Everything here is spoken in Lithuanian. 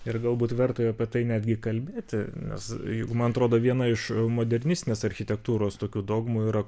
ir galbūt verta apie tai netgi kalbėti nes juk man atrodo viena iš modernistinės architektūros tokių dogmų yra